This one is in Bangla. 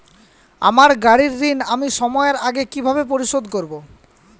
আমার গাড়ির ঋণ আমি সময়ের আগে কিভাবে পরিশোধ করবো?